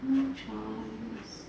no choice